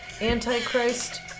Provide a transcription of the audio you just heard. Antichrist